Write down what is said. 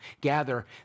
gather